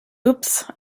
oops